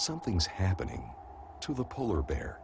something's happening to the polar bear